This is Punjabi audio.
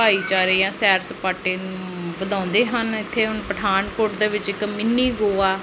ਭਾਈਚਾਰੇ ਜਾਂ ਸੈਰ ਸਪਾਟੇ ਵਧਾਉਂਦੇ ਹਨ ਇੱਥੇ ਹੁਣ ਪਠਾਨਕੋਟ ਦੇ ਵਿੱਚ ਇੱਕ ਮਿੰਨੀ ਗੋਆ